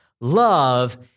Love